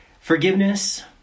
forgiveness